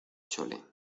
chole